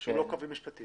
שהוא לא קביל משפטית